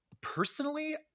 personally